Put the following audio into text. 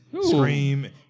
Scream